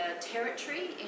territory